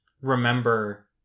remember